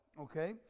okay